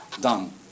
done